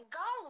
go